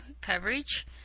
coverage